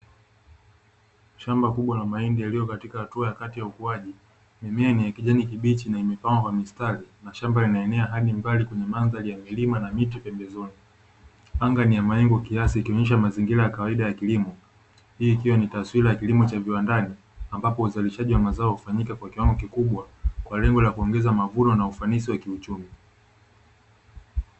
Shamba kubwa la mahidi lillilo katika hatua ya kati ya ukuaji, mimea yenye ukijani kibichi na imepangwa kwa mistari, na shamba linaenea hadi mbali kwenye mandhari ya milima na mito pembezoni. Anga ni ya mawingu kiasi ikionyesha mazingira ya kawaida ya kilimo hii ikiwa ni taswira ya kilimo cha viwandani, ambapo uzalishaji wa mazao hufanyika kwa kiwango kikubwa kwa lengo la kuongeza mavuno na ufanisi wa kiuchumi.